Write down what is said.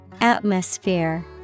Atmosphere